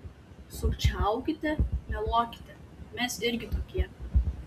sukčiaukite meluokite mes irgi tokie